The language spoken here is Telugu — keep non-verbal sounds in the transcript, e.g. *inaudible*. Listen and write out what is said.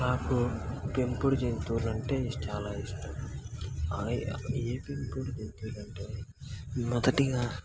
నాకు పెంపుడు జంతువులు అంటే ఇష్ట చాలా ఇష్టం *unintelligible* ఏ పెంపుడు జంతువులంటే మొదటిగా